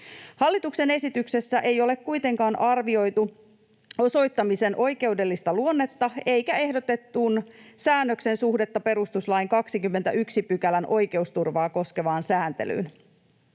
Hallituksen esityksessä ei ole kuitenkaan arvioitu osoittamisen oikeudellista luonnetta eikä ehdotetun säännöksen suhdetta perustuslain 21 §:n oikeusturvaa koskevaan sääntelyyn.